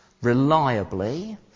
reliably